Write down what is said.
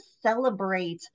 celebrate